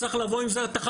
צריך לבוא עם זה החבילה.